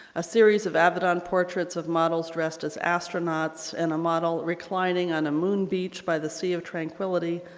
a series of avedon portraits of models dressed as astronauts, and a model reclining on a moon beach by the sea of tranquility,